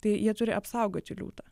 tai jie turi apsaugoti liūtą